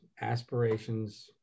aspirations